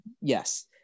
yes